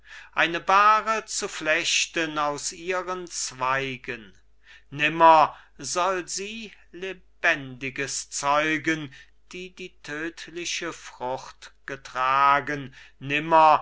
eine bahre zu flechten aus ihren zweigen nimmer soll sie lebendiges zeugen die die tödtliche frucht getragen